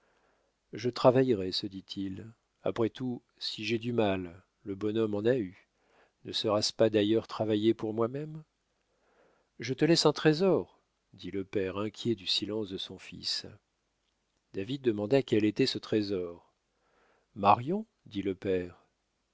je travaillerai se dit-il après tout si j'ai du mal le bonhomme en a eu ne sera-ce pas d'ailleurs travailler pour moi-même je te laisse un trésor dit le père inquiet du silence de son fils david demanda quel était ce trésor marion dit le père